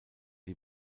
die